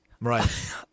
right